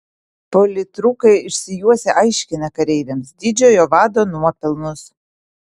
politrukai išsijuosę aiškina kareiviams didžiojo vado nuopelnus